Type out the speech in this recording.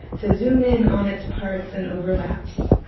to zoom in on it's parts and overlaps.